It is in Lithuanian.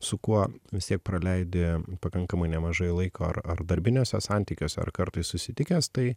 su kuo vis tiek praleidi pakankamai nemažai laiko ar ar darbiniuose santykiuose ar kartais susitikęs tai